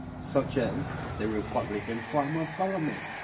such as the republican form of government.